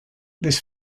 this